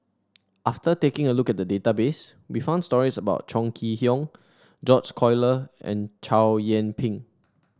after taking a look at the database we found stories about Chong Kee Hiong George Collyer and Chow Yian Ping